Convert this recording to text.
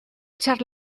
echar